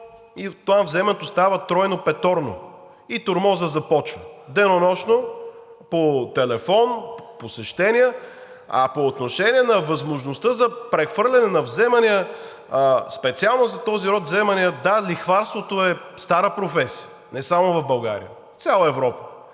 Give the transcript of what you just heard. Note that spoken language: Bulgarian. то, вземането, става тройно, петорно и тормозът започва денонощно по телефон, посещения. По отношение на възможността за прехвърляне на вземания и специално за този род вземания – да, лихварството е стара професия не само в България, а в цяла Европа,